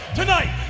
tonight